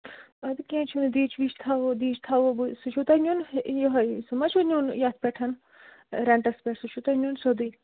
اَدٕ کیٚنہہ چھُنہٕ دیٖچہٕ ویٖچہٕ تھاوَو دیٖچہٕ تھاوَو بہٕ سُہ چھُو تۄہہِ نیُن یِہٕے سُہ ما چھُ نیُن یَتھ پٮ۪ٹَھ رٮ۪نٹَس پٮ۪ٹھ سُہ چھُو تۄہہِ نیُن سیودُے